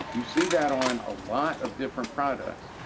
you see that on a lot of different products.